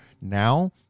now